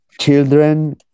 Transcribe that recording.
children